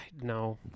No